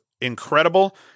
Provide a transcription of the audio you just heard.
incredible